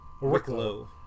Wicklow